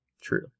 True